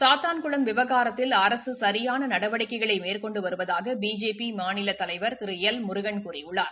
சாத்தான்குளம் விவகாரத்தில் அரசு சியான நடவடிக்கைகளை மேற்கொண்டு வருவதாக பிஜேபி மாநில தலைவர் திரு எல் முருகன் கூறியுள்ளார்